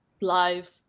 life